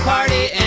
party